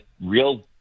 real